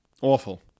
Awful